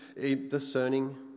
discerning